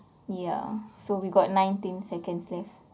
ya so we got nineteen seconds left